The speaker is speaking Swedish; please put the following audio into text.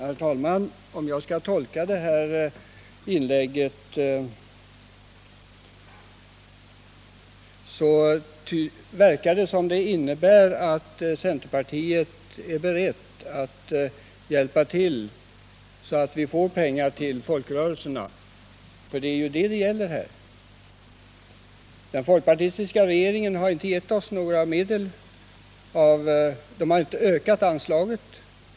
Herr talman! Jag tolkar det senaste inlägget så, att centerpartiet är berett att hjälpa till så att vi får pengar till folkrörelserna. För det är vad det gäller. Den folkpartistiska regeringen har inte ökat anslaget.